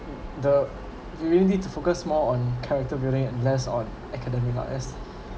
the they really to focus more on character building and less on academic not as